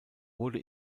wurde